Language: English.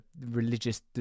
religious